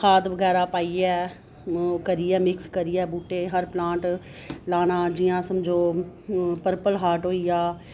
खाद बगैरा पाइयै ओह् करियै मिक्स करियै बूह्टे हर प्लांट लाना जियां समझो पर्पल हार्ट होइया